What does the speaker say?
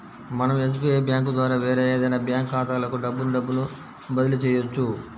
మనం SBI bank ద్వారా వేరే ఏదైనా బ్యాంక్ ఖాతాలకు డబ్బును డబ్బును బదిలీ చెయ్యొచ్చు